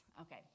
Okay